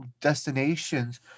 destinations